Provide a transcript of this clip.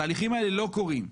התהליכים האלה לא קורים.